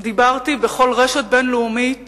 דיברתי בכל רשת בין-לאומית